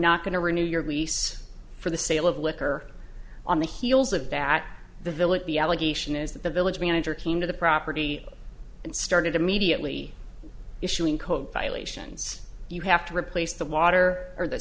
not going to renew your beast for the sale of liquor on the heels of that the village the allegation is that the village manager came to the property and started immediately issuing code violations you have to replace the water or the